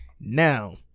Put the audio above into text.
Now